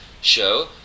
show